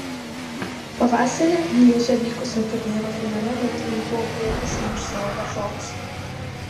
pavasarį lježe vykusio turnyro finale lietuviai buvo pajėgesni už savo varžovus